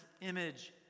image